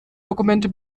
dokumente